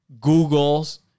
Google's